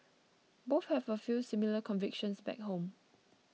both have a few similar convictions back home